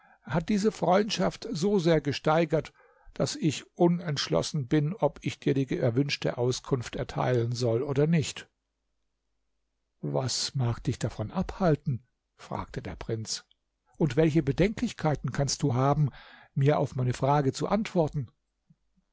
hat diese freundschaft so sehr gesteigert daß ich unentschlossen bin ob ich dir die erwünschte auskunft erteilen soll oder nicht was mag dich davon abhalten fragte der prinz und welche bedenklichkeiten kannst du haben mir auf meine frage zu antworten